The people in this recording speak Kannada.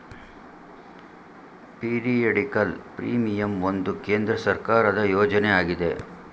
ಪೀರಿಯಡಿಕಲ್ ಪ್ರೀಮಿಯಂ ಒಂದು ಕೇಂದ್ರ ಸರ್ಕಾರದ ಯೋಜನೆ ಆಗಿದೆ